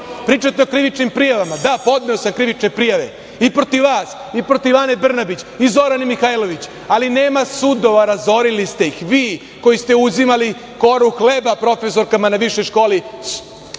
pričate o krivičnim prijavama? Da, podneo sam krivične prijave i protiv vas i protiv Ane Brnabić i Zorane Mihajlović, ali nema sudova. Razorili ste ih vi koji ste uzimali koru hleba profesorkama na višoj školi